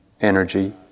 energy